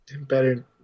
Better